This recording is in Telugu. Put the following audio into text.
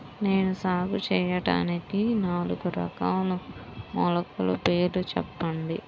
నేను సాగు చేయటానికి నాలుగు రకాల మొలకల పేర్లు చెప్పండి?